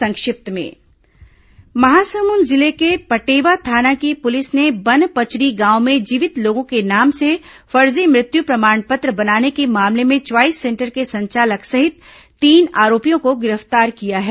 संक्षिप्त समाचार महासमुंद जिले के पटेवा थाना की पुलिस ने बनपचरी गांव में जीवित लोगों के नाम से फर्जी मृत्यु प्रमाण पत्र बनाने के मामले में च्वॉईस सेंटर के संचालक सहित तीन आरोपियों को गिरफ्तार किया है